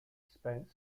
spent